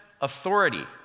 authority